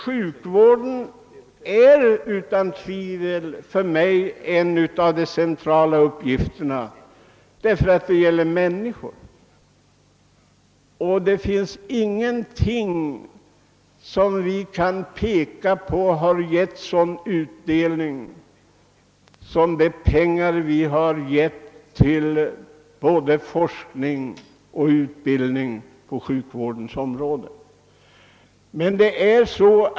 Sjukvården framstår för mig som en av samhällets centrala uppgifter, eftersom det är fråga om människor. Det finns inga andra anslag som har givit sådan utdelning som de pengar vi har anslagit till forskning och utbildning på sjukvårdens område.